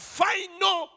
final